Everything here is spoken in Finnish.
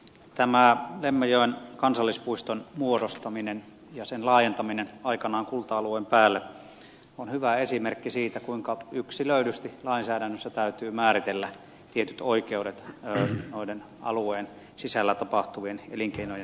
tämä lemmenjoen kansallispuiston muodostaminen ja sen laajentaminen aikanaan kulta alueen päälle on hyvä esimerkki siitä kuinka yksilöidysti lainsäädännössä täytyy määritellä tietyt oikeudet alueen sisällä tapahtuvien elinkeinojen harjoittamiseen